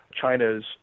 China's